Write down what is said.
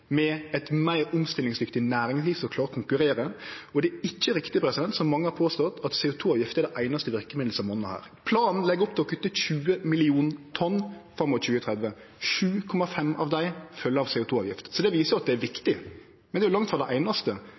eit meir omstillingsdyktig næringsliv som klarer å konkurrere. Og det er ikkje riktig, som mange som har påstått, at CO 2 -avgift er det einaste verkemiddelet som monnar her. Planen legg opp til å kutte 20 mill. tonn fram mot 2030, og 7,5 av dei følgjer av CO 2 -avgift. Så det viser at det er viktig, men det er langt frå å vere det einaste